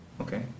Okay